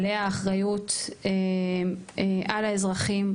עליה האחריות על האזרחים.